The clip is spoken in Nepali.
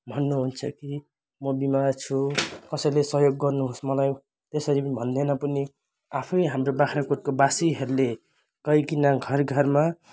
भन्नु हुन्छ कि म बिमार छु कसैले सहयोग गर्नु होस् मलाई त्यसरी भन्दैन पनि आफै हाम्रो बाग्राकोटको बासीहरूले गईकन घर घरमा